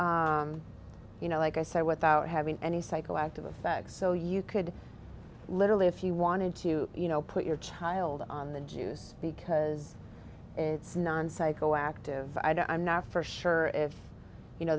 you know like i said without having any psychoactive effect so you could literally if you wanted to you know put your child on the juice because it's non psychoactive i don't i'm not for sure if you know